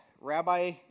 Rabbi